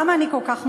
למה אני כל כך מוטרדת?